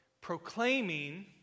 proclaiming